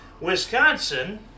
Wisconsin